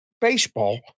baseball